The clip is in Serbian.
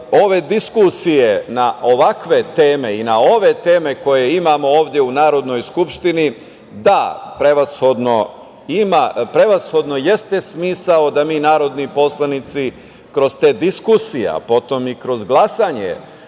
ove diskusije na ovakve teme i na ove teme koje imamo ovde u Narodnoj skupštini, da, prevashodno jeste smisao da mi, narodni poslanici, kroz te diskusije, a potom i kroz glasanje